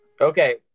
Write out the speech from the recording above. Okay